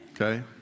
okay